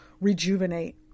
rejuvenate